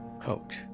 coach